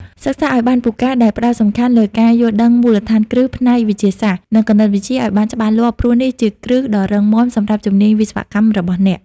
សិក្សាឲ្យបានពូកែ ដោយផ្តោតសំខាន់លើការ យល់ដឹងមូលដ្ឋានគ្រឹះផ្នែកវិទ្យាសាស្ត្រ និងគណិតវិទ្យាឲ្យបានច្បាស់លាស់ព្រោះនេះជាគ្រឹះដ៏រឹងមាំសម្រាប់ជំនាញវិស្វកម្មរបស់អ្នក។